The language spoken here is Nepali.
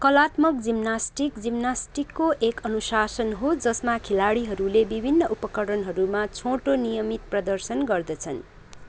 कलात्मक जिमनास्टिक जिमनास्टिकको एक अनुशासन हो जसमा खेलाडीहरूले विभिन्न उपकरणहरूमा छोटो नियमित प्रदर्शन गर्दछन्